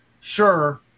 sure